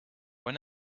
when